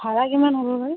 ভাড়া কিমান হ'বগৈ